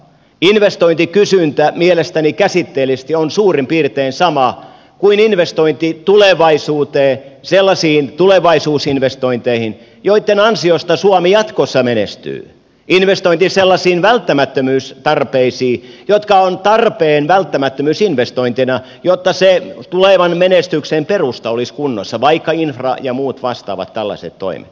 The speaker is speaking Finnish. investointikysyntä mielestäni käsitteellisesti on suurin piirtein sama kuin investointi tulevaisuuteen sellaisiin tulevaisuusinvestointeihin joitten ansiosta suomi jatkossa menestyy investointi sellaisiin välttämättömyystarpeisiin jotka ovat tarpeen välttämättömyysinvestointina jotta se tulevan menestyksen perusta olisi kunnossa vaikkapa infra ja muut vastaavat tällaiset toimet